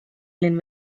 olin